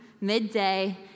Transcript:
midday